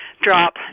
drop